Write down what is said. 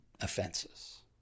offenses